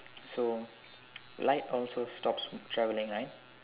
so light also stops traveling right